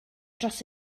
dros